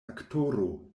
aktoro